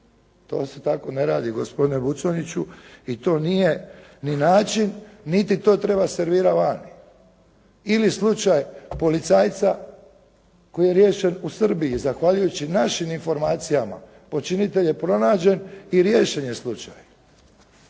to se tako ne radi gospodine Buconjiću i to nije ni način niti to treba servirati vani. Ili slučaj policajca koji je riješen u Srbiji, zahvaljujući našim informacijama, počinitelj je pronađen i riješeni je slučaj.